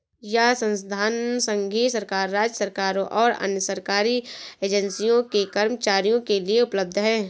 यह संसाधन संघीय सरकार, राज्य सरकारों और अन्य सरकारी एजेंसियों के कर्मचारियों के लिए उपलब्ध है